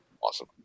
Awesome